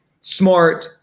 smart